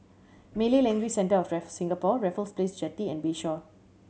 Malay Language Centre of Singapore Raffles Place Jetty and Bayshore